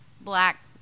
black